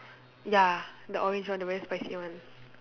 ya the orange one the very spicy one